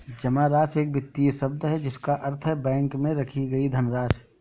जमा राशि एक वित्तीय शब्द है जिसका अर्थ है बैंक में रखी गई धनराशि